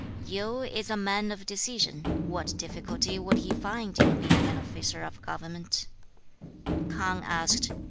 yu is a man of decision what difficulty would he find in being an officer of government k'ang asked,